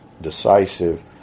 decisive